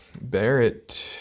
Barrett